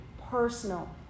personal